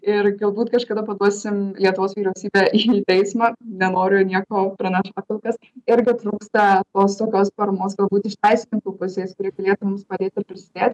ir galbūt kažkada paduosim lietuvos vyriausybę į teismą nenoriu nieko pranešt po kol kas irgi trūksta tos tokios paramos galbūt iš teisininkų pusės kuri galėtų mums padėt ir prisidėt